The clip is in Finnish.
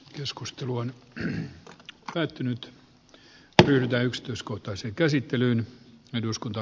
keskustelu on näin löytynyt ryhdy yksityiskohtaisen käsittelyn eduskunta